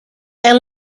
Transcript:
and